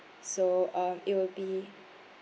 so uh it will be